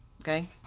Okay